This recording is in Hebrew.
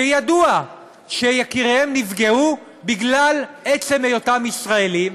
שידוע שיקיריהם נפגעו בגלל עצם היותם ישראלים,